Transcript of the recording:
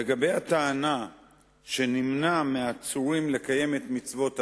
לגבי הטענה שנמנע מהעצורים לקיים את מצוות הדת,